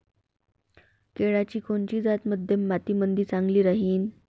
केळाची कोनची जात मध्यम मातीमंदी चांगली राहिन?